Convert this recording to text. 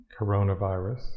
coronavirus